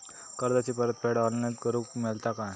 कर्जाची परत फेड ऑनलाइन करूक मेलता काय?